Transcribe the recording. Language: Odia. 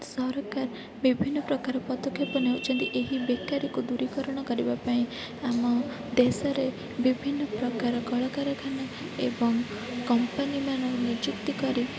ସରକାର ବିଭିନ୍ନ ପ୍ରକାର ପଦକ୍ଷେପ ନେଉଛନ୍ତି ଏହି ବେକାରିକୁ ଦୂରୀକରଣ କରିବା ପାଇଁ ଆମ ଦେଶରେ ବିଭିନ୍ନ ପ୍ରକାର କଳକାରଖାନା ଏବଂ କମ୍ପାନୀମାନ ନିଯୁକ୍ତି କରି